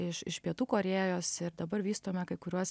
iš iš pietų korėjos ir dabar vystome kai kuriuos